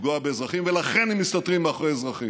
מלפגוע באזרחים, ולכן הם מסתתרים מאחורי אזרחים.